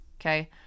Okay